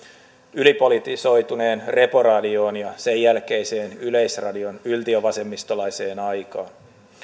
ylipolitisoituneeseen reporadioon ja sen jälkeiseen yleisradion yltiövasemmistolaiseen aikaan